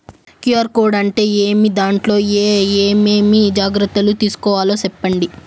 QR code అంటే ఏమి? దాంట్లో ఏ ఏమేమి జాగ్రత్తలు తీసుకోవాలో సెప్పండి?